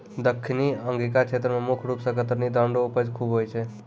दक्खिनी अंगिका क्षेत्र मे मुख रूप से कतरनी धान रो उपज खूब होय छै